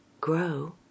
grow